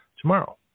tomorrow